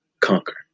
conquer